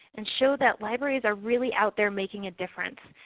and show that libraries are really out there making a difference,